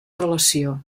relació